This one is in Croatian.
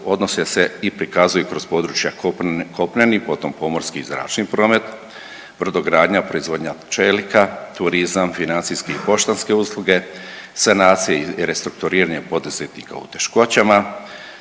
odnose se i prikazuju kroz područja kopneni, potom pomorski i zračni promet, brodogradnja, proizvodnja čelika, turizam, financijske i poštanske usluge, sanacije i restrukturiranje poduzetnika u teškoćama,